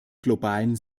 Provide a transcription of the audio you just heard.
globalen